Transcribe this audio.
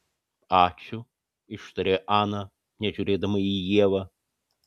ačiū ištarė ana nežiūrėdama į ievą